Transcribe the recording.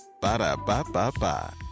Ba-da-ba-ba-ba